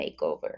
makeover